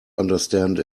understand